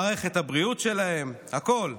מערכת הבריאות שלהם, הכול.